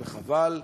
וחבל,